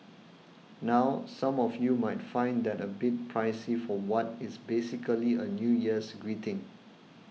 now some of you might find that a bit pricey for what is basically a New Year's greeting